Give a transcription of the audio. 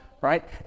Right